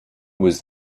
was